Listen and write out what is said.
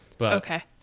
Okay